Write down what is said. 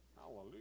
Hallelujah